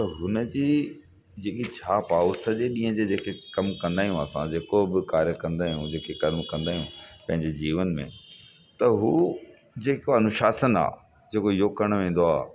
त हुन जी जेकी छाप आहे उहो सॼे ॾींहं जे जेके कमु कंदा आहियूं असां जेको बि कार्य कंदा आहियूं जेके कर्म कंदा आहियूं पंहिंजे जीवन में त उहो जेको अनुशासन आहे जेको योग करण वेंदो आ